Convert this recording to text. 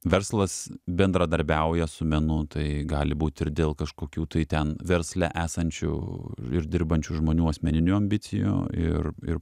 verslas bendradarbiauja su menu tai gali būt ir dėl kažkokių tai ten versle esančių ir dirbančių žmonių asmeninių ambicijų ir ir